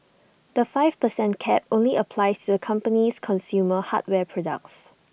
the five per cent cap only applies to the company's consumer hardware products